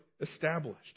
established